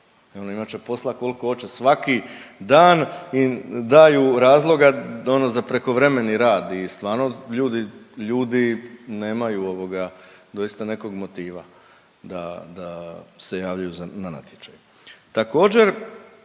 inače posla koliko hoće svaki dan im daju razloga ono za prekovremeni rad i stvarno ljudi, ljudi nemaju ovoga, doista nekog motiva da se javljaju za, na natječaj.